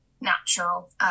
natural